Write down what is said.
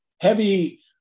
heavy